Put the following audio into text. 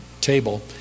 table